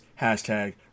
Hashtag